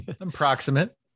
approximate